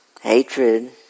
Hatred